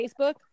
facebook